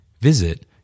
Visit